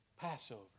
Passover